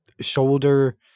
shoulder